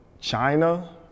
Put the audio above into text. China